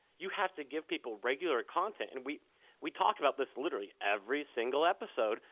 you have to give people regular content, and we we talk about this literally every single episode.